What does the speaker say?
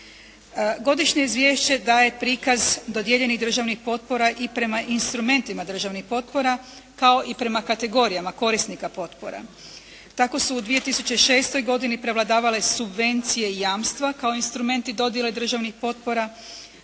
Godišnje izvješće daje prikaz dodijeljenih državnih potpora i prema instrumentima državnih potpora kao i prema kategorijama korisnika potpora. Tako su u 2006. godini prevladavale subvencije i jamstva kao instrumenti dodjele državnih potpora